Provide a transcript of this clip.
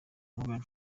morgan